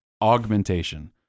augmentation